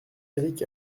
éric